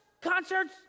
concerts